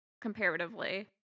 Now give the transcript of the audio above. comparatively